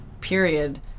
period